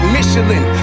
Michelin